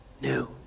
new